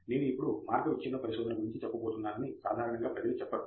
నేను ఇప్పుడు మార్గ విచ్ఛిన్న పరిశోధన గురించి చెప్పబోతున్నానని సాధారణంగా ప్రజలు చెప్పరు